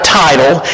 title